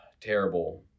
terrible